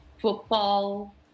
football